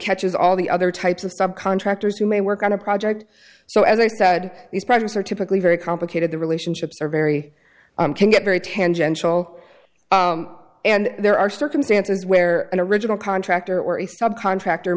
catches all the other types of subcontractors who may work on a project so as i said these projects are typically very complicated the relationships are very very tangential and there are circumstances where an original contractor or a subcontractor